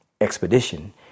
expedition